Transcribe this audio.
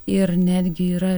ir netgi yra